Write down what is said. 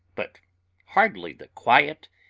but hardly the quiet,